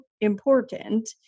important